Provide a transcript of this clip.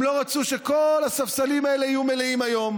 הן לא רצו שכל הספסלים האלה יהיו מלאים היום,